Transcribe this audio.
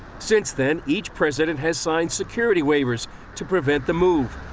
since then, each president has signed security waivers to prevent the move.